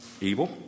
evil